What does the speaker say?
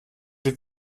die